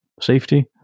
safety